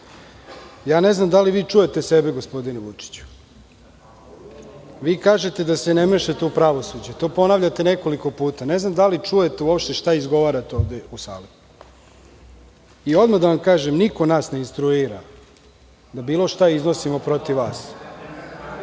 znam da li vi čujete sebe gospodine Vučiću. Vi kažete da se ne mešate u pravosuđe. To ponavljate nekoliko puta. Ne znam da li čujete uopšte šta izgovarate ovde u sali. Odmah da vam kažem, niko nas ne instruira da bilo šta iznosimo protiv vas.